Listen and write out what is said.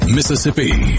Mississippi